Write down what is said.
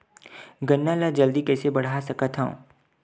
गन्ना ल जल्दी कइसे बढ़ा सकत हव?